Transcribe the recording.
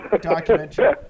documentary